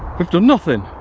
we've done nothing.